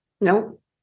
Nope